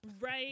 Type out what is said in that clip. Right